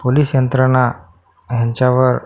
police यंत्रणा ह्यांच्यावर